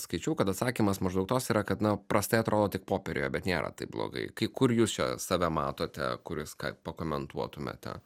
skaičiau kad atsakymas maždaug toks yra kad na prastai atrodo tik popieriuje bet nėra taip blogai kai kur jūs čia save matote kuris ką pakomentuotumėte